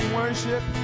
worship